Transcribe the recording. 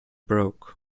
broke